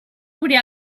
obrir